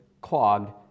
clogged